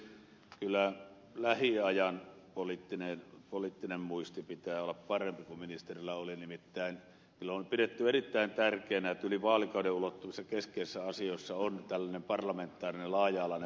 kyllä lähiajan poliittisen muistin pitää olla parempi kuin ministerillä oli nimittäin kyllä on pidetty erittäin tärkeänä että yli vaalikauden ulottuvissa keskeisissä asioissa on tällainen parlamentaarinen laaja alainen valmistelu